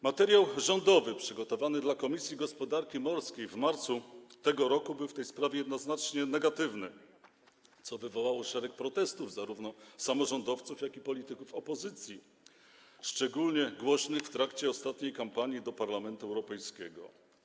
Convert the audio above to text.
Materiał rządowy przygotowany dla komisji gospodarki morskiej w marcu tego roku był w tej sprawie jednoznacznie negatywny, co wywołało szereg protestów zarówno samorządowców, jak i polityków opozycji, szczególnie głośnych w trakcie ostatniej kampanii do Parlamentu Europejskiego.